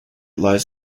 lies